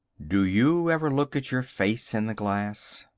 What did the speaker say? do you ever look at your face in the glass?